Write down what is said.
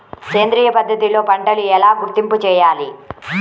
సేంద్రియ పద్ధతిలో పంటలు ఎలా గుర్తింపు చేయాలి?